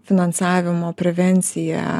finansavimo prevencija